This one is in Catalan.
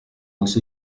els